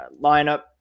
lineup